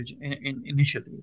initially